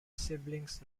siblings